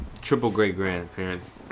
triple-great-grandparents